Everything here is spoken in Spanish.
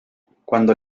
cuando